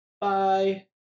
Bye